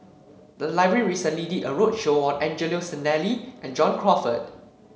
the library recently did a roadshow on Angelo Sanelli and John Crawfurd